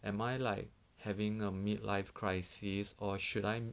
am I like having a mid life crisis or should I